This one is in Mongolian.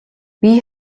бие